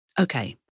Okay